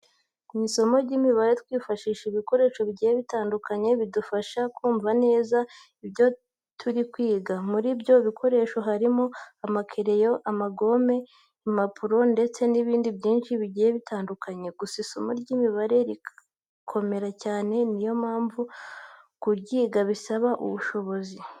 Mu isomo ry'imibare twifashisha ibikoresho bigiye bitandukanye bidufasha kumva neza ibyo turi kwiga. Muri ibyo bikoresho harimo amakereyo, amagome, impapuro ndetse n'ibindi byinshi bigiye bitandukanye. Gusa isomo ry'imibare rirakomera cyane, ni yo mpamvu kuryiga bisaba ubushishozi.